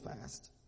fast